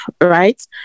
right